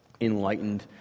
enlightened